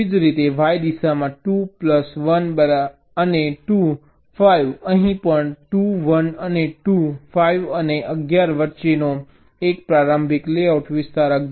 એવી જ રીતે y દિશામાં 2 1 અને 2 5 અહીં પણ 2 1 અને 2 5 અને 11 વચ્ચેનો 1 પ્રારંભિક લેઆઉટ વિસ્તાર 11 બાય 11 છે